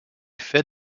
fait